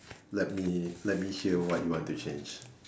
let me let me hear what you want to change